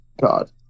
God